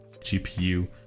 GPU